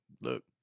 look